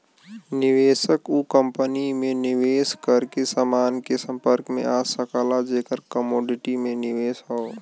निवेशक उ कंपनी में निवेश करके समान के संपर्क में आ सकला जेकर कमोडिटी में निवेश हौ